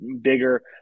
bigger